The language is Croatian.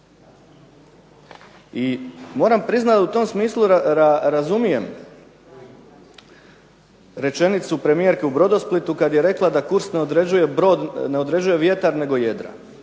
I moram priznat u tom smislu razumijem rečenicu premijerke u Brodosplitu kad je rekla da kurs ne određuje vjetar nego jedra.